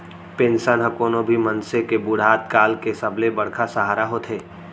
pension ह कोनो भी मनसे के बुड़हत काल के सबले बड़का सहारा होथे